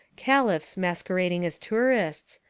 cahphs mas querading as tourists,